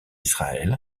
israël